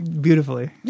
beautifully